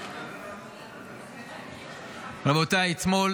--- רבותיי, אתמול